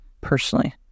personally